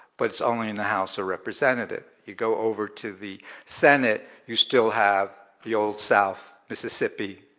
but it's only in the house of representative. you go over to the senate, you still have the old south, mississippi,